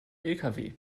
lkw